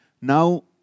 now